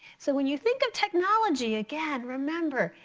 so when you think of technology again remember,